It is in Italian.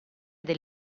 del